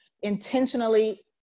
intentionally